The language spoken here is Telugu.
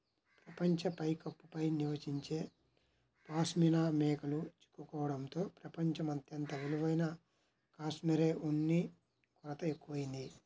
ప్రపంచ పైకప్పు పై నివసించే పాష్మినా మేకలు చిక్కుకోవడంతో ప్రపంచం అత్యంత విలువైన కష్మెరె ఉన్ని కొరత ఎక్కువయింది